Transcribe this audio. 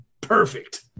perfect